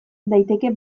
daiteke